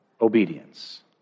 obedience